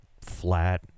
flat